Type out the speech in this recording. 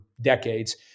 decades